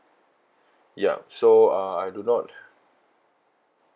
yup so uh I do not